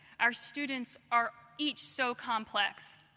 our students are each so complex.